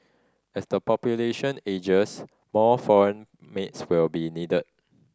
as the population ages more foreign maids will be needed